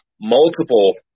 multiple